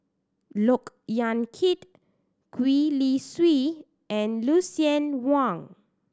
Look Yan Kit Gwee Li Sui and Lucien Wang